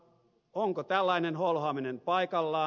onko tällainen holhoaminen paikallaan